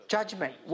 Judgment